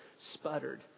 sputtered